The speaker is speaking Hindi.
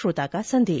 श्रोता का संदेश